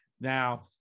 Now